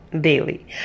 daily